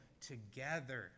together